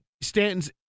Stanton's